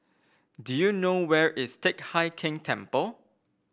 do you know where is Teck Hai Keng Temple